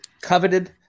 coveted